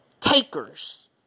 takers